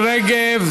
תודה לשרה מירי רגב.